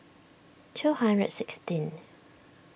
two hundred and sixteenth